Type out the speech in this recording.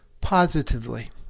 positively